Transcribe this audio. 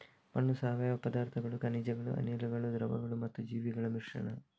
ಮಣ್ಣು ಸಾವಯವ ಪದಾರ್ಥಗಳು, ಖನಿಜಗಳು, ಅನಿಲಗಳು, ದ್ರವಗಳು ಮತ್ತು ಜೀವಿಗಳ ಮಿಶ್ರಣ